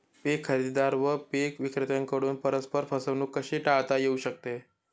पीक खरेदीदार व पीक विक्रेत्यांकडून परस्पर फसवणूक कशी टाळता येऊ शकते?